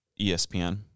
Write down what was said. ESPN